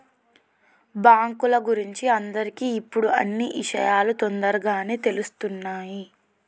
బాంకుల గురించి అందరికి ఇప్పుడు అన్నీ ఇషయాలు తోందరగానే తెలుస్తున్నాయి